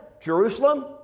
Jerusalem